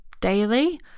daily